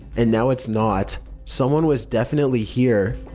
and now it's not. someone was definitely here.